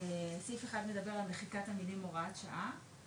סעיף 1 מדבר על מחיקת המילים הוראת שעה,